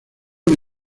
una